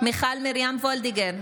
מרים וולדיגר,